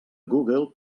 google